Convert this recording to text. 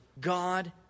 God